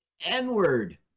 n-word